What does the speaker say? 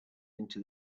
into